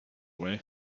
way